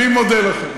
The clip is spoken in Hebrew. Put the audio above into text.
אני מודה לכם.